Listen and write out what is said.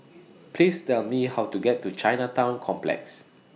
Please Tell Me How to get to Chinatown Complex